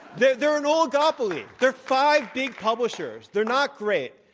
they're they're an oligopoly. they're five big publishers. they're not great,